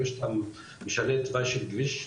ברגע שאתה משנה תוואי של כביש,